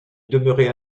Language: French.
demeuraient